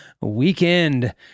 weekend